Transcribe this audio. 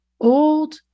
old